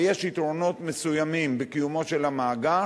ויש יתרונות מסוימים בקיומו של המאגר,